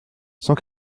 cent